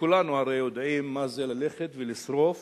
כולנו הרי יודעים מה זה ללכת ולשרוף